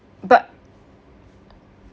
but